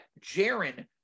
Jaron